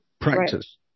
practice